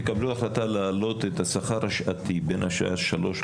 תקבלו החלטה להעלות את השכר השעתי בין השעה 15:00